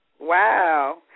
Wow